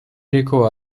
recò